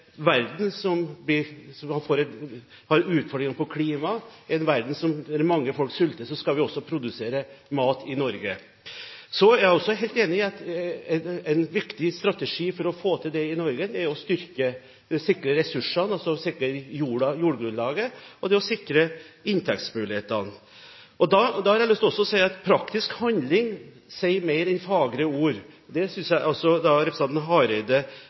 også helt enig i at en viktig strategi for å få til det i Norge er å sikre ressursene, altså sikre jordgrunnlaget, og å sikre inntektsmulighetene. Jeg har også lyst til å si at praktisk handling sier mer enn fagre ord, og det synes jeg representanten Hareide